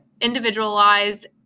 individualized